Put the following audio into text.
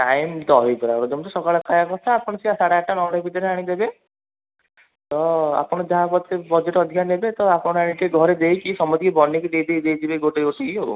time ଦହିବରାର ଯେମିତି ସକାଳୁ ଖାଇବା କଥା ଆପଣ ସେଇଆ ସାଢ଼େ ଆଠଟା ନଅଟା ଭିତରେ ଆଣି ଦେବେ ତ ଆପଣ ଯାହା ବଜେଟ୍ ଅଧିକା ନେବେ ତ ଆପଣ ଏଇଠି ଘରେ ଦେଇକି ସମସ୍ତଙ୍କୁ ବନେଇକି ଦେଇ ଦେଇ ଦେଇ ଯିବେ ଗୋଟେ ଗୋଟେକି ଆଉ